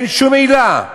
אין שום עילה.